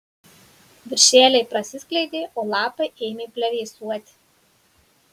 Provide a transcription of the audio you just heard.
viršeliai prasiskleidė o lapai ėmė plevėsuoti